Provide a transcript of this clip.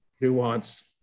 nuance